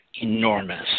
enormous